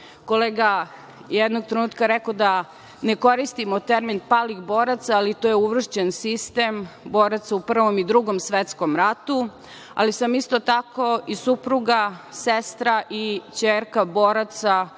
Kolega je jednog trenutka rekao da ne koristimo termin - palih boraca, ali to je uvršćen sistem boraca u Prvom i Drugom svetskom ratu, ali sam isto tako i supruga, sestra i ćerka boraca